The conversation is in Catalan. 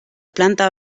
planta